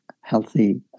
healthy